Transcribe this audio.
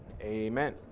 Amen